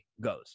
goes